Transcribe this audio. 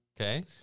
Okay